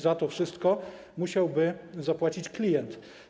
Za to wszystko musiałby zapłacić klient.